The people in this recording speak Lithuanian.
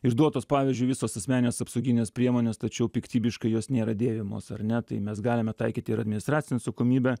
išduotos pavyzdžiui visos asmeninės apsauginės priemonės tačiau piktybiškai jos nėra dėvimos ar ne tai mes galime taikyti ir administracinę atsakomybę